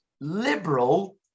liberal